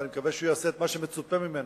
ואני מקווה שהוא יעשה את מה שמצופה ממנו,